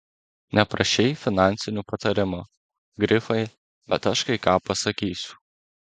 neprašei finansinių patarimų grifai bet aš kai ką pasakysiu